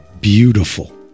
beautiful